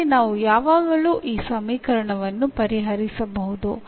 ಅಂದರೆ ನಾವು ಯಾವಾಗಲೂ ಈ ಸಮೀಕರಣವನ್ನು ಪರಿಹರಿಸಬಹುದು